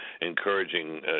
encouraging